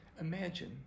Imagine